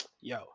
yo